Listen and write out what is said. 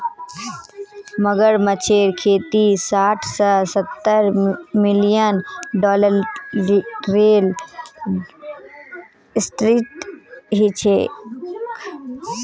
मगरमच्छेर खेती साठ स सत्तर मिलियन डॉलरेर इंडस्ट्री छिके